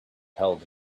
held